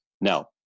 now